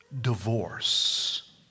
divorce